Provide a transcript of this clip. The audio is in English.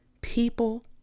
people